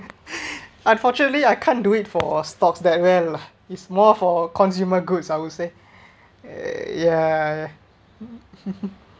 unfortunately I can't do it for stocks that well lah it's more for consumer goods I would say ya